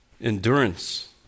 Endurance